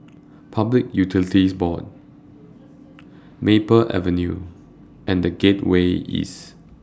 Public Utilities Board Maple Avenue and The Gateway East